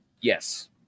Yes